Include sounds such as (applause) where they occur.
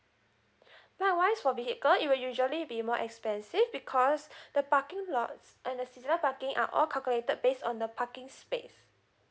that one is for vehicle it will usually be more expensive because (breath) the parking lots and the seasonal parking are all calculated based on the parking space